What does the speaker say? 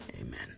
Amen